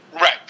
Right